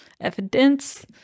evidence